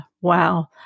wow